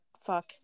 fuck